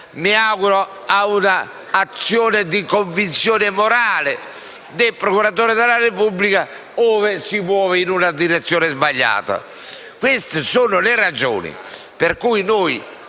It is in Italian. (mi auguro) ad un'azione di convinzione morale del procuratore della Repubblica, ove si muova in una direzione sbagliata. Queste sono le ragioni per cui noi,